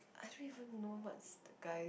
I don't even know what's the guy's